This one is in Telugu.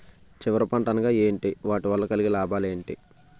చివరి పంట అనగా ఏంటి వాటి వల్ల కలిగే లాభాలు ఏంటి